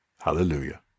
Hallelujah